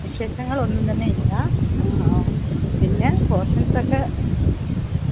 വിശേഷങ്ങളൊന്നും തന്നെയില്ല പിന്നെ പോഷൻസക്കെ